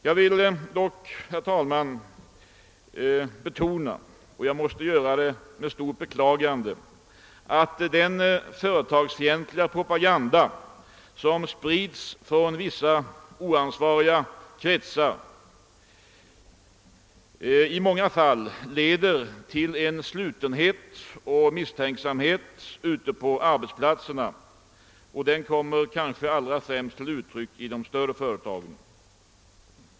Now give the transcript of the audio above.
Jag vill dock, herr talman, betona — och jag måste göra det med stort beklagande — att den företagsfientliga propaganda som sprids från vissa oansvariga kretsar i många fall leder till en slutenhet och misstänksamhet ute på arbetsplatserna. Den kommer kanske allra främst till uttryck i de större företagen.